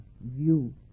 view